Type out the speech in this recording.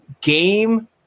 game